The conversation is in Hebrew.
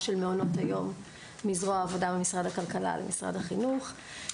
של מעונות היום מזרוע העבודה במשרד הכלכלה למשרד החינוך.